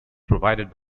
provided